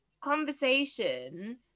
conversation